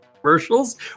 commercials